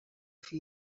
fiar